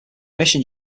mission